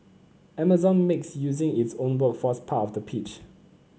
Amazon makes using its own workforce part of the pitch